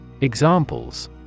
Examples